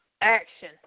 action